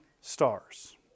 stars